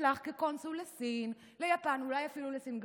ונשלח כקונסול לסין, ליפן, אולי אפילו לסינגפור.